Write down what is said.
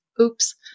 Oops